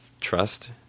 trust